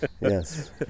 yes